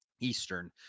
Eastern